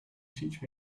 teach